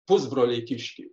pusbroliai kiškiai